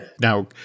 Now